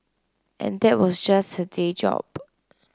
and that was just her day job